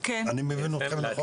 אני מבין אתכם נכון?